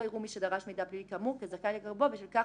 לא יראו מי שדרש מידע פלילי כאמור כזכאי לקבלו בשל כך